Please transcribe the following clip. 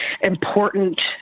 important